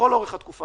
לכל אורך התקופה